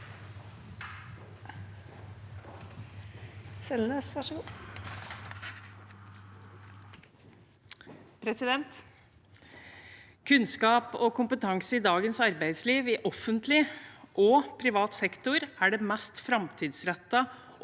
Kunnskap og kompetan- se i dagens arbeidsliv, i offentlig og privat sektor, er det mest framtidsrettede